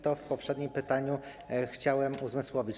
To przy poprzednim pytaniu chciałem uzmysłowić.